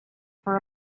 for